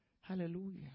Hallelujah